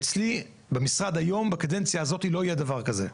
אצלי במשרד היום בקדנציה הזאת לא יהיה דבר כזה.